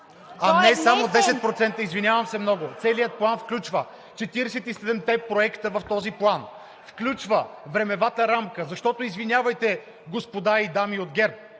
не само 10%, извинявам се много. Целият план включва 47-те проекта в този план, включва времевата рамка. Защото, извинявайте, господа и дами от ГЕРБ,